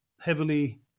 heavily